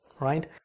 right